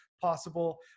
possible